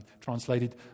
translated